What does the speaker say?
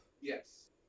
Yes